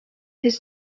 his